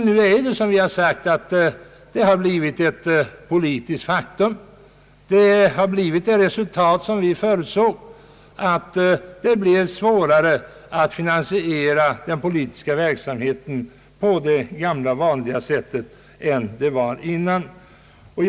Nu är stödet, som vi har sagt, ett politiskt faktum, och följden har blivit den som vi förutsåg, nämligen att det skulle bli svårare att finansiera den politiska verksamheten på det sätt som var det vanliga före stödets tillkomst.